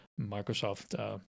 Microsoft